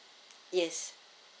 yes